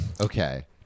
Okay